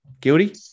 Guilty